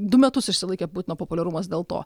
du metus išsilaikė putino populiarumas dėl to